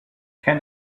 can